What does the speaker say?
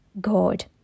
God